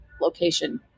location